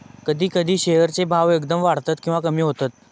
कधी कधी शेअर चे भाव एकदम वाढतत किंवा कमी होतत